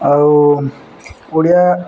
ଆଉ ଓଡ଼ିଆ